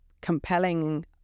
compelling